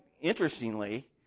interestingly